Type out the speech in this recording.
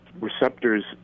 receptors